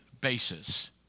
basis